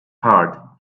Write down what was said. heart